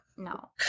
No